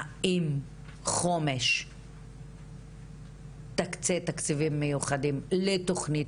האם חומש תקצה תקציבים מיוחדים לתוכנית